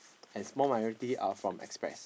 and small minority are from express